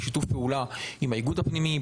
בשיתוף פעולה עם איגוד הפנימאים,